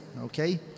Okay